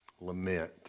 Lament